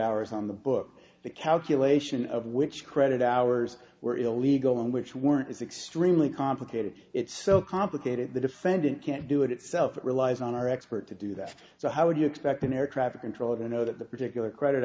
hours on the books the calculation of which credit hours were illegal and which weren't it's extremely complicated it's so complicated the defendant can't do it itself relies on our expert to do that so how would you expect an air traffic control of the note of the particular credit